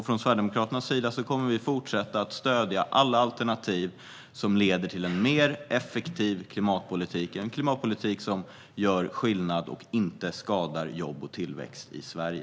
Från Sverigedemokraternas sida kommer vi att fortsätta att stödja alla alternativ som leder till en mer effektiv klimatpolitik som gör skillnad och inte skadar jobb och tillväxt i Sverige.